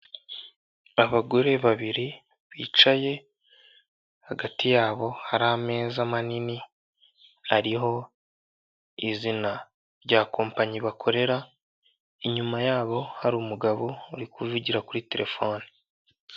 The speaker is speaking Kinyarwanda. Abagore babiri bicaye, hagati yabo hari ameza manini, hariho izina rya kopanyi bakorera, inyuma yabo hari umugabo uri kuvugira kuri terefone.